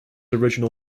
original